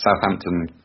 Southampton